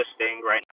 right